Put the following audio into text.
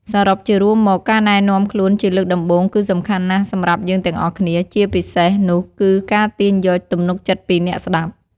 សរុបជារួមមក ការណែនាំខ្លួនជាលើកដំបូងគឺសំខាន់ណាស់សម្រាប់យើងទាំងអស់គ្នា ជាពិសេសនោះគឺការទាញយកទំនុកចិត្តពីអ្នកស្ដាប់។